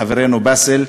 חברנו באסל.